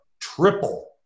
triple